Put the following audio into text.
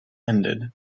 ended